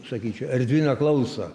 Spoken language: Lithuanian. sakyčiau erdvinę klausą